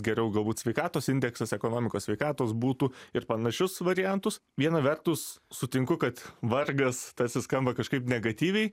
geriau galbūt sveikatos indeksas ekonomikos sveikatos būtų ir panašius variantus viena vertus sutinku kad vargas tarsi skamba kažkaip negatyviai